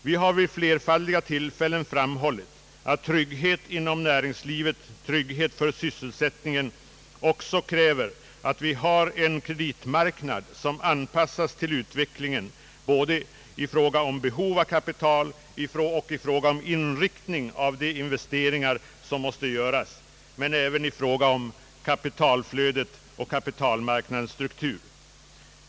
Vi har vid flerfaldiga tillfällen framhållit att trygghet inom näringslivet och trygghet för sysselsättningen kräver att vi har en kreditmarknad som anpassas till utvecklingen både i fråga om behov av kapital och i fråga om inriktning av de investeringar som måste göras men även när det gäller kapitaltillflödet och kapitalmarknadens struktur.